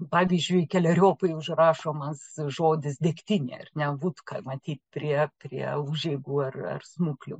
pavyzdžiui keleriopai užrašomas žodis degtinė ar ne vudka matyt prie prie užeigų ar ar smuklių